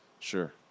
Sure